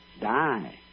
die